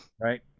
Right